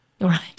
Right